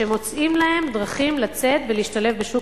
שמוצאים להן דרכים לצאת ולהשתלב בשוק